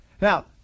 Now